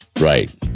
Right